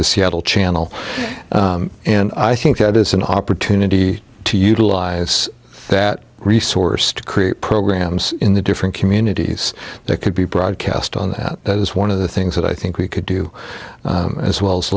the seattle channel and i think that is an opportunity to utilize that resource to create programs in the different communities that could be broadcast on that as one of the things that i think we could do as well